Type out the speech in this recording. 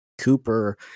Cooper